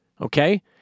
Okay